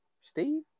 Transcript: Steve